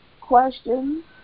Questions